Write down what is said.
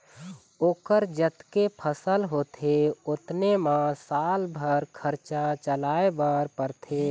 ओखर जतके फसल होथे ओतने म साल भर खरचा चलाए बर परथे